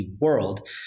world